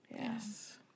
yes